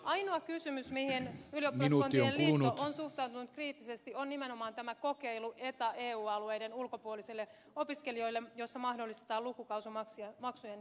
ainoa kysymys mihin ylioppilaskuntien liitto on suhtautunut kriittisesti on nimenomaan tämä etaeu alueiden ulkopuolisia opiskelijoita koskeva kokeilu jossa mahdollistetaan lukukausimaksujen periminen